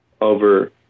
over